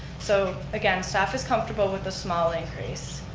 so, again, staff is comfortable with a small increase.